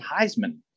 Heisman